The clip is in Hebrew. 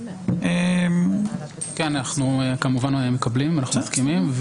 אנחנו כמובן מקבלים ומסכימים.